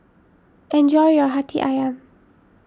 enjoy your Hati Ayam